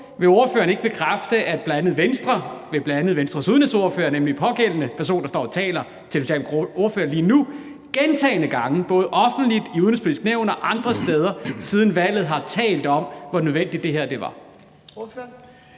Vil ordføreren ikke bekræfte, at bl.a. Venstre, bl.a. ved Venstres udenrigsordfører, nemlig undertegnede, som står og taler til Socialdemokratiets ordfører lige nu, gentagne gange, både offentligt, i Det Udenrigspolitiske Nævn og andre steder, siden valget har talt om, hvor nødvendigt det her var?